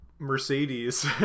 mercedes